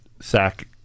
sack